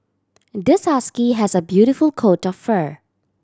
this husky has a beautiful coat of fur